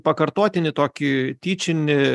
pakartotinį tokį tyčinį